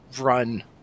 run